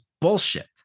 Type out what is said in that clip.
bullshit